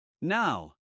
Now